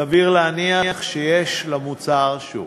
סביר להניח שיש למוצר שוק.